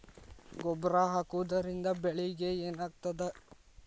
ಗೊಬ್ಬರ ಹಾಕುವುದರಿಂದ ಬೆಳಿಗ ಏನಾಗ್ತದ?